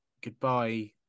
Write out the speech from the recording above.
goodbye